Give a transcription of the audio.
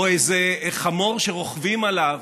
או איזה חמור שרוכבים עליו,